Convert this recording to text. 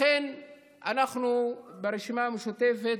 לכן אנחנו ברשימה המשותפת,